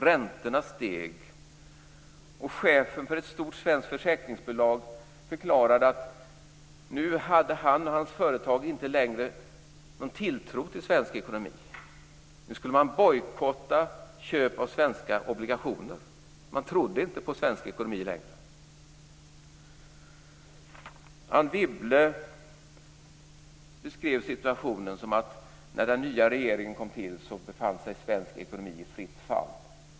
Räntorna steg, och chefen för ett stort svenskt försäkringsbolag förklarade att han och hans företag inte längre hade någon tilltro till svensk ekonomi. Nu skulle man bojkotta köp av svenska obligationer - man trodde inte på svensk ekonomi längre. Anne Wibble beskrev situationen som att när den nya regeringen kom till befann sig svensk ekonomi i fritt fall.